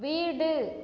வீடு